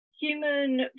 human